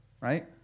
right